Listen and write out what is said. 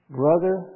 brother